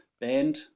band